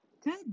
Good